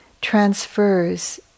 transfers